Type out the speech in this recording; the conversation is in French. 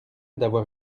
d’avoir